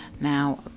Now